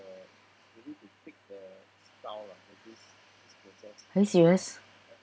are you serious